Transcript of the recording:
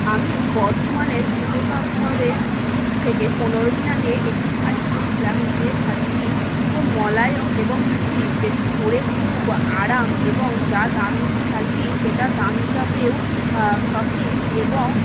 আমি বর্ধমানের শুভ তাঁতঘরের থেকে পনেরো দিন আগে একটি শাড়ি কিনেছিলাম যে শাড়িটি খুব মোলায়ম এবং সুতির যেটি পরে খুব আরাম এবং যা দাম নিয়েছে শাড়িটির সেটা দাম হিসাবেও সঠিক এবং